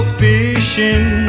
fishing